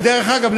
ודרך אגב,